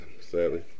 Sadly